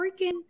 freaking